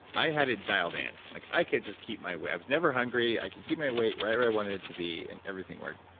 i had it dialed in. like i could just keep my. i was never hungry. i could keep my weight right where i wanted it to be and everything worked.